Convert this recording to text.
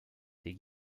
des